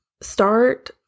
start